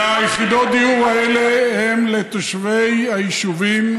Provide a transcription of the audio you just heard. ויחידות הדיור האלה הן לתושבי היישובים,